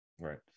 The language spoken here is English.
Right